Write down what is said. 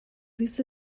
lisa